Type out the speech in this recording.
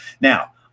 Now